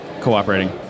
cooperating